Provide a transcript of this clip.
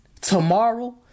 Tomorrow